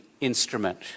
instrument